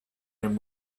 him